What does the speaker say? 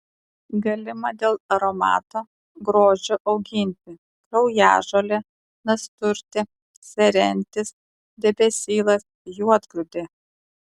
galima dėl aromato grožio auginti kraujažolė nasturtė serentis debesylas juodgrūdė